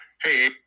Hey